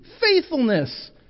faithfulness